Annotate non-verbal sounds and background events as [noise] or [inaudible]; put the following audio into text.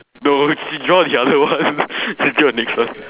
no draw the other one [laughs] please draw the next one